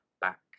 back